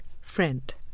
Friend